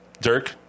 dirk